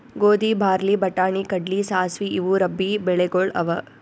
ಗೋಧಿ, ಬಾರ್ಲಿ, ಬಟಾಣಿ, ಕಡ್ಲಿ, ಸಾಸ್ವಿ ಇವು ರಬ್ಬೀ ಬೆಳಿಗೊಳ್ ಅವಾ